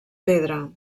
pedra